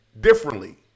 differently